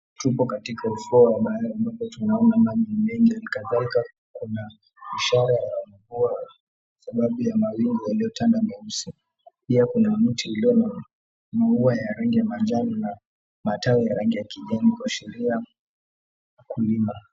Tupo katika ufuo wa bahari ambapo tunaona maji mengi. Hali kadhalika kuna ushara ya mvua sababu ya mawingu yaliyotanda meusi. Pia kuna mti uliyo na maua ya rangi ya manjano na matawi ya rangi ya kijani kuashiria ukulima.